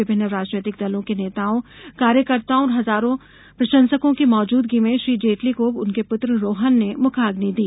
विभिन्न राजनीतिक दलों के नेताओं कार्यकर्ताओं और हजारों प्रशंसकों की मौजूदगी में श्री जेटली को उनके पुत्र रोहन ने मुखाग्नि दी